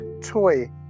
Toy